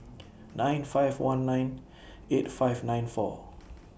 nine five one nine eight five nine four